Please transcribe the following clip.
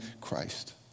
Christ